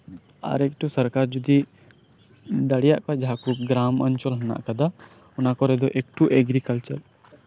ᱟᱨ ᱮᱠᱴᱩ ᱥᱚᱨᱠᱟᱨ ᱡᱚᱫᱤ ᱫᱟᱲᱮᱭᱟᱜ ᱠᱷᱟᱱ ᱜᱨᱟᱢ ᱚᱧᱪᱚᱞ ᱢᱮᱱᱟᱜ ᱠᱟᱫᱟ ᱚᱱᱟ ᱠᱚᱨᱮ ᱫᱚ ᱮᱠᱴᱩ ᱮᱜᱨᱤᱠᱟᱞᱪᱟᱨ